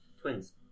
Twins